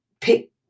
pick